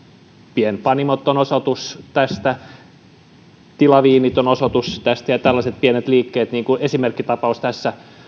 pienpanimot ovat osoitus siitä tilaviinit ovat osoitus siitä ja tällaiset pienet liikkeet niin kuin esimerkkitapaus tässä